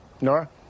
Nora